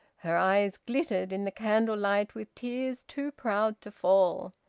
her eyes glittered in the candle-light with tears too proud to fall.